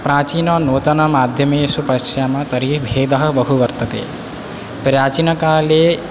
प्राचीननूतनमाध्यमेशु पश्यामः तर्हि भेदः बहु वर्तते प्राचीनकाले